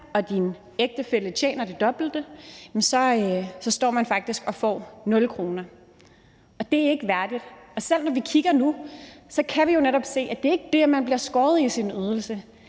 og din ægtefælle tjener det dobbelte, så står man faktisk og får 0 kr. Det er ikke værdigt. Selv når vi kigger på det nu, kan vi jo netop se, at det ikke er det, at der bliver skåret i ens ydelse;